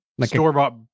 store-bought